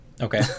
Okay